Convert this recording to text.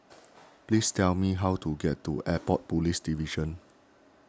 please tell me how to get to Airport Police Division